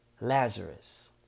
Lazarus